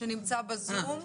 נמצא ב-זום.